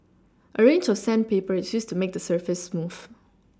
a range of sandpaper is used to make the surface smooth